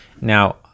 Now